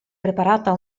preparata